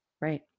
Right